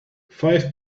five